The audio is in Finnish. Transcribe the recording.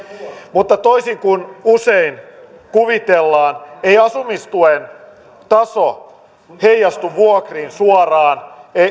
mutta toisin kuin usein kuvitellaan ei asumistuen taso heijastu vuokriin suoraan